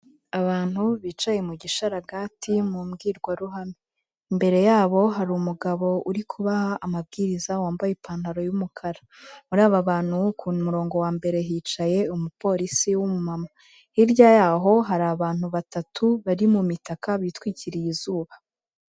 Abantu bicaye mu gishararagati mu mbwirwaruhame. Imbere yabo hari umugabo uri kubaha amabwiriza wambaye ipantaro y'umukara. Muri aba bantu ku murongo wa mbere hicaye umupolisi w'umumama. Hirya yaho hari abantu batatu bari mu mitaka bitwikiriye izuba.